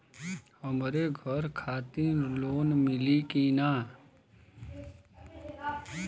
हमरे घर खातिर लोन मिली की ना?